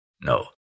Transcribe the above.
No